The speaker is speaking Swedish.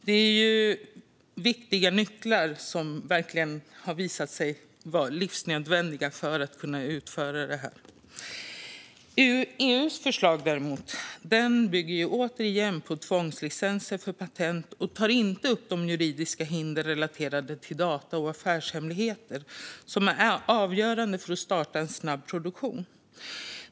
Detta är viktiga nycklar som verkligen har visat sig vara livsnödvändiga för att kunna utföra detta. EU:s förslag däremot bygger återigen på tvångslicenser för patent och tar inte upp juridiska hinder relaterade till data och affärshemligheter, som är avgörande för att starta en snabb produktion.